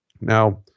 Now